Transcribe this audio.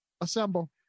assemble